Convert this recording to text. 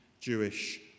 Jewish